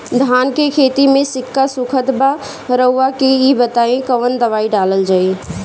धान के खेती में सिक्का सुखत बा रउआ के ई बताईं कवन दवाइ डालल जाई?